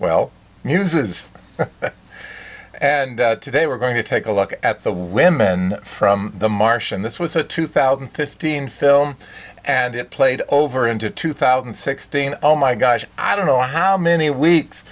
well muses and today we're going to take a look at the women from the marsh and this was a two thousand and fifteen film and it played over into two thousand and sixteen oh my gosh i don't know how many weeks